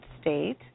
state